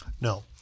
No